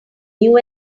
new